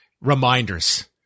reminders